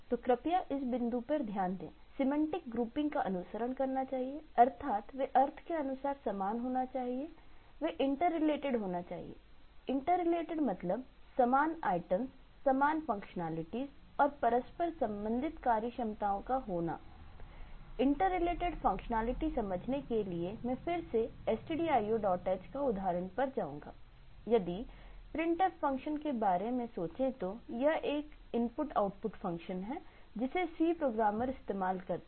तो कृपया इस बिंदु पर ध्यान दें सिमेंटिक ग्रुपिंग समझने के लिए मैं फिर से stdioh का उदाहरण पर जाऊंगा यदि printf फंक्शन के बारे में सोचें तो यह एक इनपुट आउटपुट फंक्शन है जिसे C प्रोग्रामर इस्तेमाल करते हैं